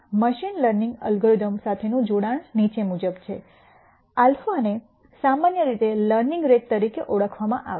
machine learning algorithms સાથેનું જોડાણ નીચે મુજબ છે α ને સામાન્ય રીતે લર્નિંગ રેટ તરીકે ઓળખવામાં આવે છે